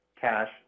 cash